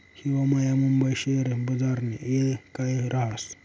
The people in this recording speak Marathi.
हिवायामा मुंबई शेयर बजारनी येळ काय राहस